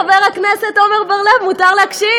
חבר הכנסת עמר בר-לב, מותר להקשיב.